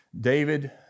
David